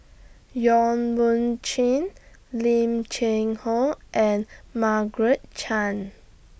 Yong Mun Chee Lim Cheng Hoe and Margaret Chan